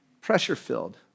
Pressure-filled